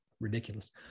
ridiculous